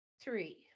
three